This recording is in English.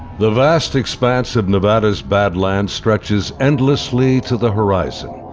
the vast expanse of nevada's badlands stretches endlessly to the horizon.